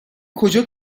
کجا